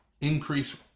Increase